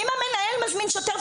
אם המנהל מזמין שוטר,